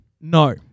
No